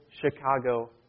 Chicago